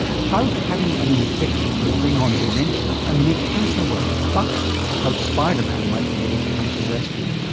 how having an infection may bring on dementia and make cancer worse, but how spiderman might be able to come to the rescue.